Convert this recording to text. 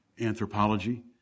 anthropology